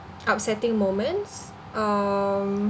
upsetting moments um